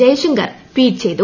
Jaishankar tweet ചെയ്തു